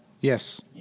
Yes